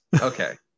Okay